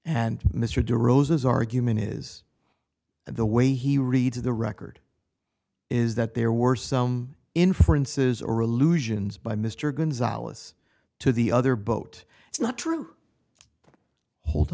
and mr de rosa's argument is the way he reads the record is that there were some inferences or allusions by mr gonzales to the other boat is not true hold